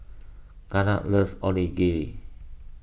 Garnet loves Onigiri